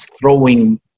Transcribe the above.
throwing